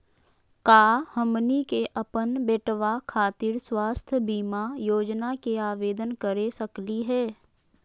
का हमनी के अपन बेटवा खातिर स्वास्थ्य बीमा योजना के आवेदन करे सकली हे?